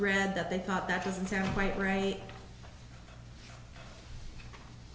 read that they thought that doesn't sound quite right